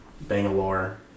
Bangalore